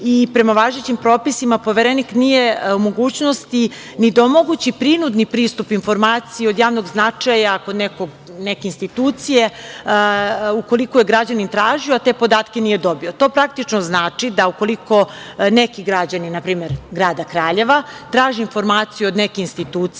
i prema važećim propisima Poverenik nije u mogućnosti ni da omogući prinudni pristup informaciji od javnog značaja kod neke institucije ukoliko je građanin tražio te podatke, a nije dobio. To praktično znači, da ukoliko neki građanin na primer grada Kraljeva traži informaciju od neke institucije,